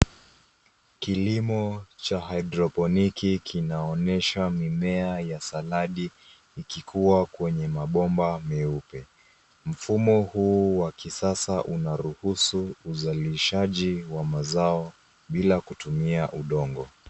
Kilimo cha haidroponiki kinaonyesha mimea ya saladi ikikua kwenye mabomba meupe. Mfumo huu wa kisasa unaruhusu uzalishaji wa mazao bila kutumia udongo.